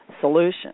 solution